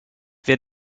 wir